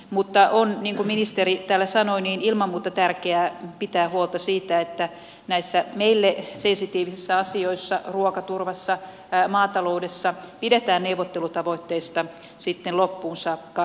mutta on niin kuin ministeri täällä sanoi ilman muuta tärkeää pitää huolta siitä että näissä meille sensitiivisissä asioissa ruokaturvassa maataloudessa pidetään neuvottelutavoitteista sitten loppuun saakka kiinni